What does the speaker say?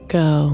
go